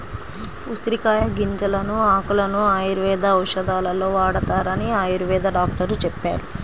ఉసిరికాయల గింజలను, ఆకులను ఆయుర్వేద ఔషధాలలో వాడతారని ఆయుర్వేద డాక్టరు చెప్పారు